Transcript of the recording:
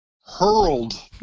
hurled